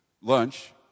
lunch